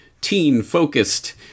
teen-focused